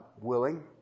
willing